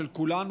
של כולנו,